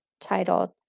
titled